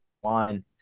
one